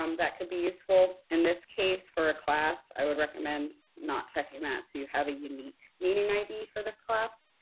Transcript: um that could be useful. in this case, for a class, i would recommend not checking that, so you have a unique meeting id for this class,